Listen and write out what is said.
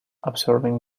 observing